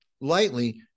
lightly